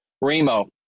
Remo